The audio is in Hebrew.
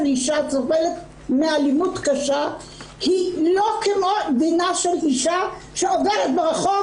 אישה הסובלת מהאלימות קשה הוא לא כמו דינה של אישה שעוברת ברחוב,